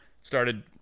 Started